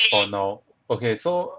for now okay so